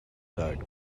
tired